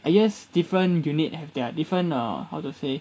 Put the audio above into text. I yes different unit have their different err how to say